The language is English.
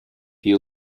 you